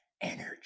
energy